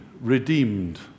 redeemed